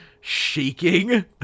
shaking